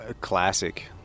classic